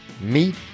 Meet